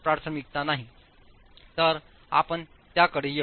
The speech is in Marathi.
तर आपण त्याकडे येऊ